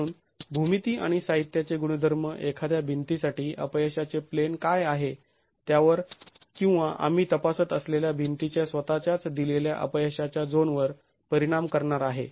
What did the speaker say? म्हणून भूमिती आणि साहित्याचे गुणधर्म एखाद्या भिंतीसाठी अपयशाचे प्लेन काय आहे त्यावर किंवा आम्ही तपासत असलेल्या भिंतीच्या स्वतःच्याच दिलेल्या अपयशाच्या झोनवर परिणाम करणार आहे